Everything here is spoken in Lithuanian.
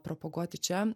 propaguoti čia